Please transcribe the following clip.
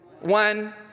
One